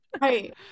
Right